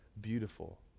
beautiful